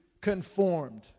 conformed